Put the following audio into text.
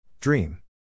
Dream